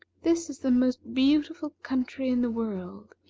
this is the most beautiful country in the world,